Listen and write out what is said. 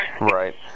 Right